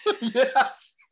Yes